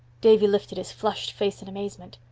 davy lifted his flushed face in amazement.